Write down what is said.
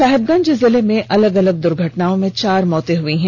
साहिबगंज जिले में अलग अलग दुर्घटनाओं में चार मौतें हुई है